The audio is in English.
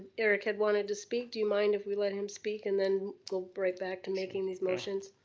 eric had wanted to speak. do you mind if we let him speak and then go right back to making these motions?